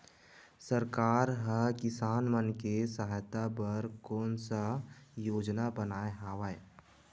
सरकार हा किसान मन के सहायता बर कोन सा योजना बनाए हवाये?